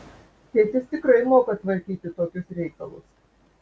tėtis tikrai moka tvarkyti tokius reikalus